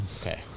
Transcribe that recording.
Okay